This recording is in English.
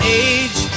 age